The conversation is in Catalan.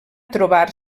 trobar